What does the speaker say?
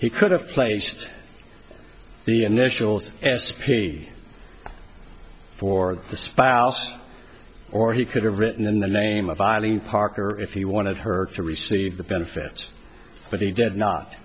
he could have placed the initials espied for the spouse or he could have written in the name of eileen parker if he wanted her to receive the benefits but he did not